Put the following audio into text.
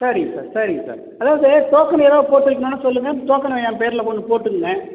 சரிங்க சார் சரிங்க சார் அதாவது டோக்கன் ஏதாவது போட்டு வைக்கணும்னா சொல்லுங்கள் டோக்கனு என் பெரில் ஒன்று போட்டுக்கோங்க